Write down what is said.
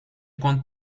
compte